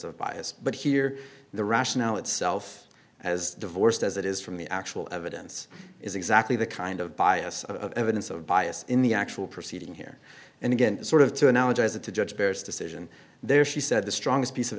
of bias but here the rationale itself as divorced as it is from the actual evidence is exactly the kind of bias of evidence of bias in the actual proceeding here and again sort of to analogize it to judge bears decision there she said the strongest piece of